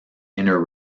inner